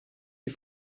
die